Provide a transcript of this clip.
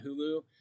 hulu